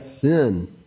sin